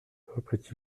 reprit